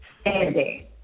standing